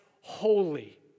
holy